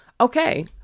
okay